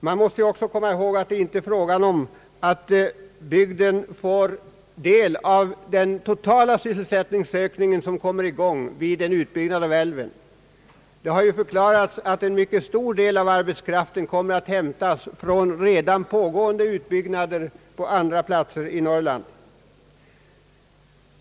Man bör också komma ihåg att det inte är givet att sysselsättningsökningen i händelse av en utbyggnad skulle helt och hållet komma bygden till godo — det har ju sagts att en mycket stor del av arbetskraften kommer att hämtas från redan pågående utbyggnader på andra platser i Norrland.